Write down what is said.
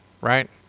right